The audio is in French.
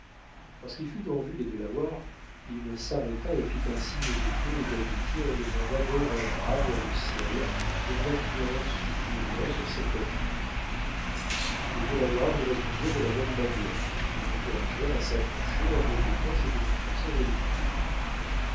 lorsqu'il fut en vue des delawares il s'arrêta et fit un signe de paix et d'amitié en levant d'abord un bras vers le ciel et en appuyant ensuite une main sur sa poitrine les delawares y répondirent de la même manière et l'encouragèrent à s'approcher en répétant ces démonstrations amicales